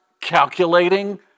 calculating